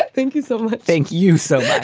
but thank you. so thank you so much.